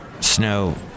Snow